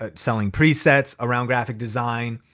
ah selling presets around graphic design.